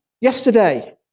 yesterday